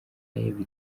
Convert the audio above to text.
eva